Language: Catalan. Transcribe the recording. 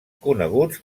coneguts